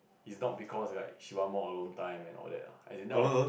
is not because like she want more alone time and all that ah as in that was